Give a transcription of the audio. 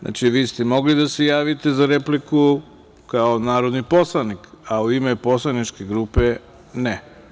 Znači, vi ste mogli da se javite za repliku kao narodni poslanik, a u ime poslaničke grupe ne.